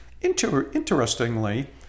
Interestingly